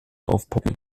aufpoppen